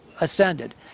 ascended